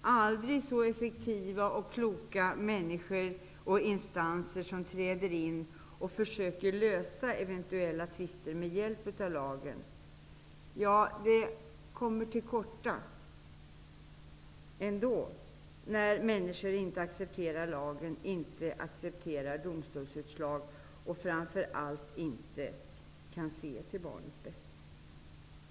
aldrig så effektiva och kloka människor och instanser som träder in och försöker lösa eventuella tvister med hjälp av lagen kommer ändå till korta när människor inte accepterar lagen, inte accepterar domstolsutslag och framför allt inte kan se till barnets bästa.